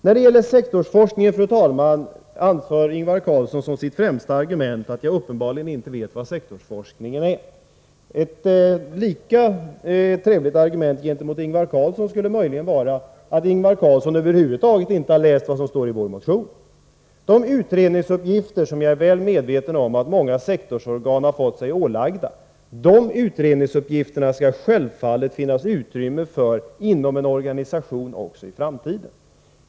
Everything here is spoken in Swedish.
När det gäller sektorsforskningen, fru talman, anför Ingvar Carlsson som sitt främsta argument att jag uppenbarligen inte vet vad sektorsforskningen är. Ett motsvarande argument gentemot Ingvar Carlsson är att Ingvar Carlsson över huvud taget inte har läst vad som står i vår motion. De utredningsuppgifter som jag är väl medveten om att många sektorsorgan har fått sig ålagda skall det självfallet finnas utrymme för också i framtiden.